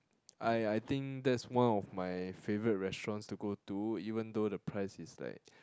I I think that's one of my favourite restaurants to go to even though the price is like